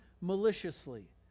maliciously